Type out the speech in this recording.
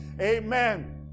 amen